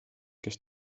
kes